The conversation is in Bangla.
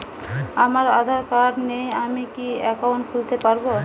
আমার আধার কার্ড নেই আমি কি একাউন্ট খুলতে পারব?